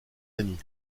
amis